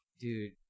dude